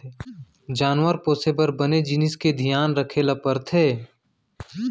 जानवर पोसे बर बने जिनिस के धियान रखे ल परथे